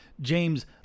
James